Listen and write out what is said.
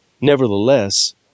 Nevertheless